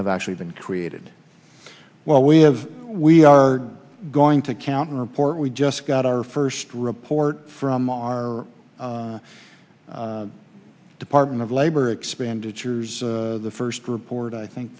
have actually been created well we have we are going to count report we just got our first report from our department of labor expenditures the first report i think